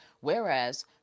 Whereas